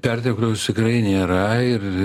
pertekliaus tikrai nėra ir